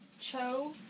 Cho